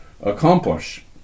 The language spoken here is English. accomplish